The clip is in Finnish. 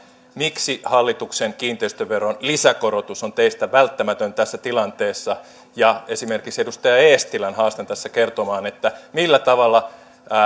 miksi hallituksen kiinteistöveron lisäkorotus on teistä välttämätön tässä tilanteessa ja esimerkiksi edustaja eestilän haastan tässä kertomaan millä tavalla